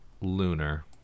Lunar